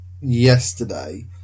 yesterday